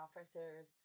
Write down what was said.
officers